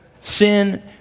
sin